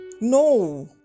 no